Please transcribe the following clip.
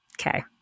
Okay